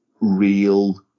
real